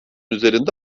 üzerinde